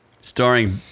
starring